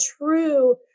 true